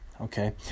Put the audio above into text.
okay